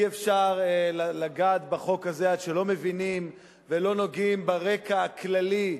אי-אפשר לגעת בחוק הזה עד שלא מבינים ולא נוגעים ברקע הכללי,